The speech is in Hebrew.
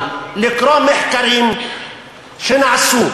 אני ממליץ לך לקרוא מחקרים שנעשו.